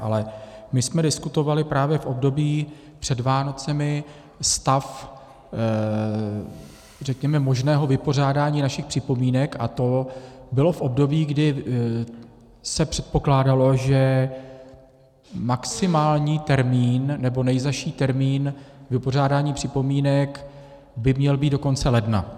Ale my jsme diskutovali právě v období před Vánocemi stav možného vypořádání našich připomínek a to bylo v období, kdy se předpokládalo, že maximální termín, nebo nejzazší termín vypořádání připomínek by měl být do konce ledna.